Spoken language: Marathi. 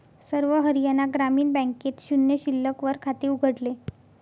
सर्व हरियाणा ग्रामीण बँकेत शून्य शिल्लक वर खाते उघडले